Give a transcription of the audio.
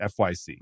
FYC